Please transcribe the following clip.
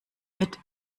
mit